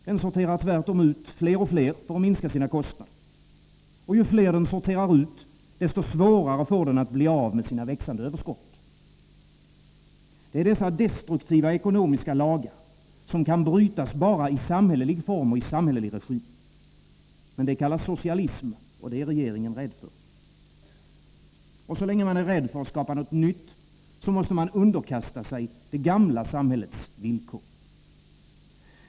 Den sorterar tvärtom ut fler och fler för att minska sina kostnader. Och ju fler den sorterar ut, desto svårare får den att bli av med sina växande överskott. Dessa destruktiva ekonomiska lagar kan brytas bara i samhällelig form och i samhällelig regi. Men det kallas socialism, och det är regeringen rädd för. Och så länge man är rädd för att skapa något nytt, måste man underkasta sig det gamla samhällets villkor.